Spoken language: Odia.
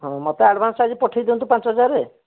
ମୋତେ ଆଡ଼ଭାନ୍ସ ଆଜି ପଠେଇ ଦିଅନ୍ତୁ ପାଞ୍ଚ ହଜାର୍